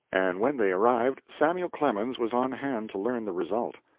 and when they arrived samuel clemens was on hand to learn the result.